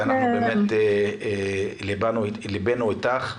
ליבנו איתך.